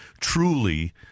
truly